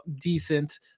decent